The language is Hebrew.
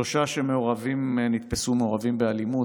שלושה נתפסו מעורבים באלימות,